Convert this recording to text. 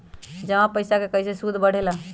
जमा पईसा के कइसे सूद बढे ला?